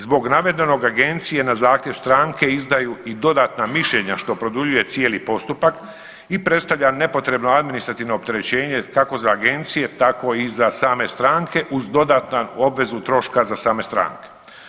Zbog navedenog, agencije na zahtjev stranke izdaju i dodatna mišljenja što produljuje cijeli postupak i predstavlja nepotrebno administrativno opterećenje, kako za agencije, tako i za same stranke uz dodatan obvezu troška za same stranke.